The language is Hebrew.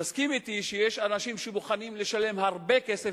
תסכים אתי שיש אנשים שמוכנים לשלם הרבה כסף